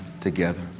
together